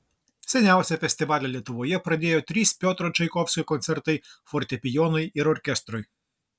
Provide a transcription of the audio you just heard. seniausią festivalį lietuvoje pradėjo trys piotro čaikovskio koncertai fortepijonui ir orkestrui